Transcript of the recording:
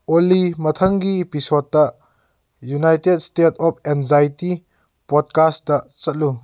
ꯑꯣꯜꯂꯤ ꯃꯊꯪꯒꯤ ꯏꯄꯤꯁꯣꯠꯇ united state of anxiety podcast ꯆꯠꯂꯨ